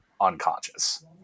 unconscious